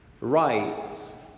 rights